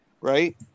right